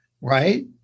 right